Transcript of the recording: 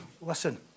Listen